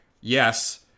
yes